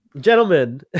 Gentlemen